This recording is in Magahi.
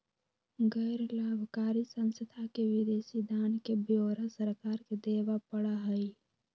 गैर लाभकारी संस्था के विदेशी दान के ब्यौरा सरकार के देवा पड़ा हई